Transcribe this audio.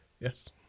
Yes